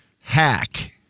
hack